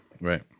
Right